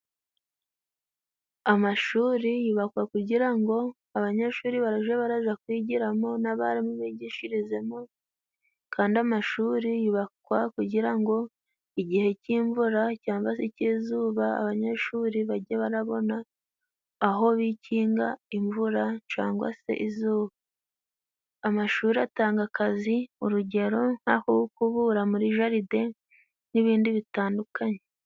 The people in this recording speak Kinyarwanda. Amashuri yubakwa kugira ngo abanyeshuri baraje baraja kuyigiramo n'abarimu bigishirizemo kandi amashuri yubakwa kugira ngo igihe cy'imvura cyangwa se cy'izuba abanyeshuri bajye barabona aho bikinga imvura cangwa se izuba. Amashuri atanga akazi, urugero nk'aho ukubura muri jaride n'ibindi bitandukanye.